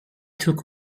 took